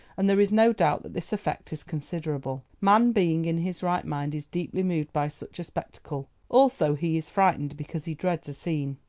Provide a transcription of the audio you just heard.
and there is no doubt that this effect is considerable. man being in his right mind is deeply moved by such a spectacle, also he is frightened because he dreads a scene.